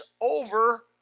over